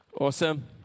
Awesome